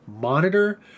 monitor